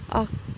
اکھ